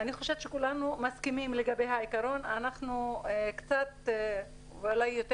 אני חושבת שכולנו מסכימים לגבי העיקרון ואולי יותר